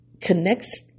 connects